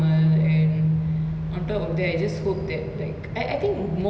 a very big lesson to not take things for granted because last time வந்து நாங்களா:vanthu naangalaa like